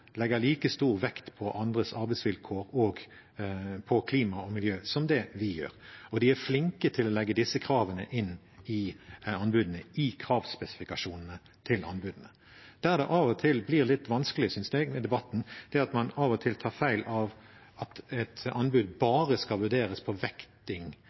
vekt på andres arbeidsvilkår, klima og miljø som vi gjør. De er også flinke til å legge disse kravene inn i kravspesifikasjonene til anbudene. Der det av og til blir litt vanskelig i debatten, synes jeg, er når man tar feil av at et anbud bare skal vurderes etter vekting